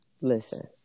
Listen